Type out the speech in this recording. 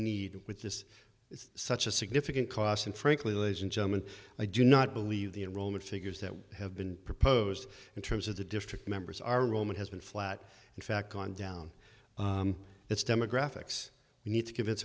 need with this such a significant cost and frankly legend german i do not believe the enrollment figures that have been proposed in terms of the district members are roman has been flat in fact gone down it's demographics we need to convince